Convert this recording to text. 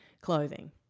clothing